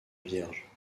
vierge